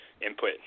input